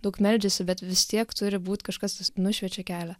daug meldžiasi bet vis tiek turi būt kažkas kas nušviečia kelią